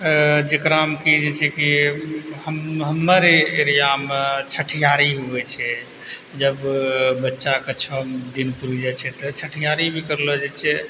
जेकरामे कि जइसे कि हम हमर एरियामे छठियारी हुए छै जब बच्चाके छओ दिन पुरि जाइ छै तऽ छठियारी भी करलो जाइ छै